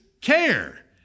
care